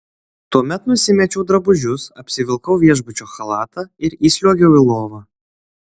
tuomet nusimečiau drabužius apsivilkau viešbučio chalatą ir įsliuogiau į lovą